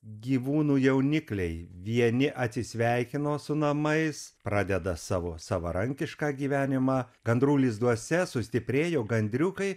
gyvūnų jaunikliai vieni atsisveikino su namais pradeda savo savarankišką gyvenimą gandrų lizduose sustiprėjo gandriukai